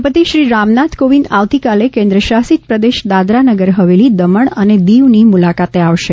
રાષ્ટ્રપતિ રાષ્ટ્રપતિ શ્રી રામનાથ કોવિંદ આવતીકાલે કેન્દ્રશાસિત પ્રદેશ દાદરાનગર હવેલી દમણ અને દિવની મુલાકાતે આવશે